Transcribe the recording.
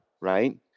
right